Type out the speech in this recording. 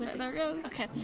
Okay